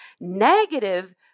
Negative